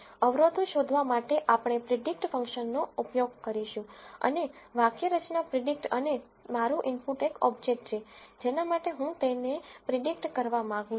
ઓડસ શોધવા માટે આપણે પ્રીડીકટ ફંક્શનનો ઉપયોગ કરીશું અને વાક્યરચના પ્રીડીકટ અને મારું ઇનપુટ એક ઓબ્જેક્ટ છે જેના માટે હું તેને પ્રીડીકટ કરવા માંગું છું